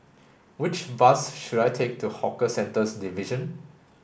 which bus should I take to Hawker Centres Division